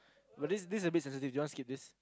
but this this is a bit sensitive do you want to skip this